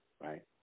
right